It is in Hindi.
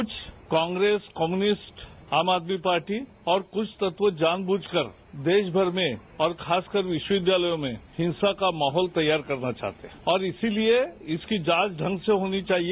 कुछ कांग्रेस कम्युनिस्ट आम आदमी पार्टी और कुछ तत्व जानब्रझ कर देश भर में और खासकर विश्वविद्यालयों में हिंसा का माहौल तैयार करना चाहते हैं और इसीलिए इसकी जांच ढंग से होनी चाहिए